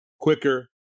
quicker